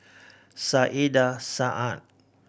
Saiedah Said